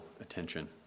attention